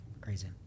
Crazy